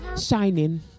shining